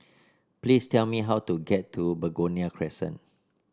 please tell me how to get to Begonia Crescent